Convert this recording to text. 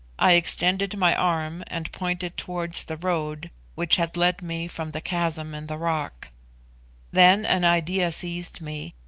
i extended my arm, and pointed towards the road which had led me from the chasm in the rock then an idea seized me.